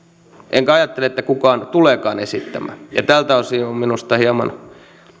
enkä ajattele että kukaan tuleekaan esittämään tältä osin on minusta hieman